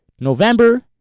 November